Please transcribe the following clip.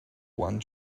one